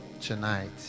Tonight